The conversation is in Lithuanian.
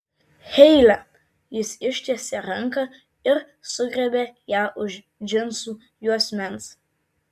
heile jis ištiesė ranką ir sugriebė ją už džinsų juosmens